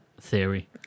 theory